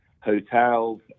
hotels